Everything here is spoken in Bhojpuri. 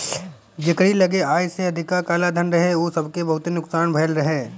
जेकरी लगे आय से अधिका कालाधन रहे उ सबके बहुते नुकसान भयल रहे